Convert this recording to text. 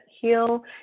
Heal